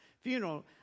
funeral